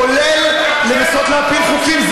כולל לנסות להפיל חוקים.